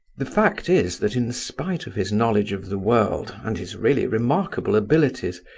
the fact is that, in spite of his knowledge of the world and his really remarkable abilities,